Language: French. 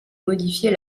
modifier